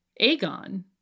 Aegon